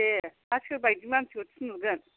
दे हा सोरबायदि मानसिखौ थिनहरगोन